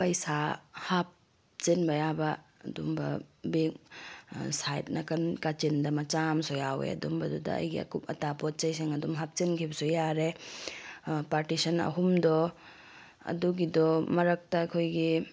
ꯄꯩꯁꯥ ꯍꯥꯞꯆꯤꯟꯕ ꯌꯥꯕ ꯑꯗꯨꯝꯕ ꯕꯦꯛ ꯁꯥꯏꯠ ꯅꯥꯀꯟ ꯀꯥꯆꯤꯟꯗ ꯃꯆꯥ ꯑꯃꯁꯨ ꯌꯥꯎꯋꯦ ꯑꯗꯨꯝꯕꯗꯨꯗ ꯑꯩꯒꯤ ꯑꯀꯨꯞ ꯃꯇꯥ ꯄꯣꯠꯆꯩꯁꯤꯡ ꯑꯗꯨꯝ ꯍꯥꯞꯆꯤꯟꯈꯤꯕꯁꯨ ꯌꯥꯔꯦ ꯄꯥꯔꯇꯤꯁꯟ ꯑꯍꯨꯝꯗꯣ ꯑꯗꯨꯒꯤꯗꯣ ꯃꯔꯛꯇ ꯑꯩꯈꯣꯏꯒꯤ